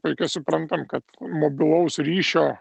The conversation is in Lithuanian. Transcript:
puikiai suprantam kad mobilaus ryšio